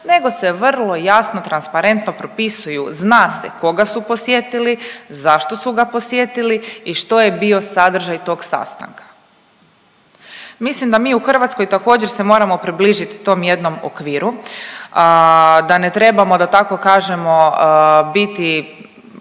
nego se vrlo jasno, transparentno propisuju zna se koga su posjetili, zašto su ga posjetili i što je bio sadržaj tog sastanka. Mislim da mi u Hrvatskoj također se moramo približiti tom jednom okviru, da ne trebamo da tako kažemo biti